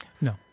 no